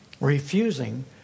refusing